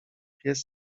pies